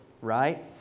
right